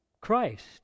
Christ